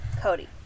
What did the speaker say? Cody